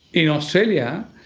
in australia,